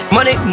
Money